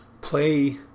Play